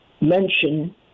mention